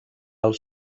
els